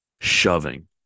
shoving